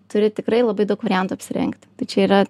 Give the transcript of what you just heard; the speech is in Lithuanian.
turi tikrai labai daug variantų apsirengti tai čia yra